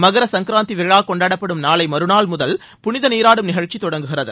மகரசங்கராந்தி விழா கொண்டாடப்படும் நாளை மறுநாள் முதல் புனித நீராடும் நிகழ்ச்சி தொடங்குகிறது